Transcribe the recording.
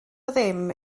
ddim